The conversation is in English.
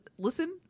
Listen